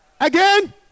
Again